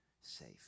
safe